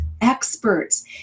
experts